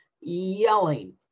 yelling